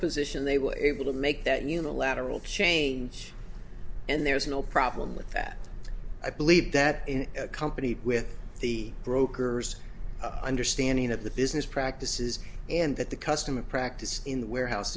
position they were able to make that unilateral change and there was no problem with that i believe that in a company with the brokers understanding of the business practices and that the custom of practice in the warehouse